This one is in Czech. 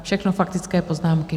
Všechno faktické poznámky.